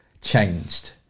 changed